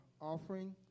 offering